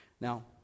now